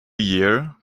year